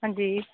ਹਾਂਜੀ